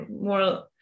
more